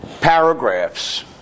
paragraphs